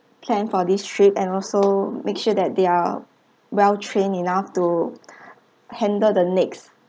plan for this trip and also make sure that they are well trained enough to handle the next